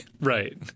right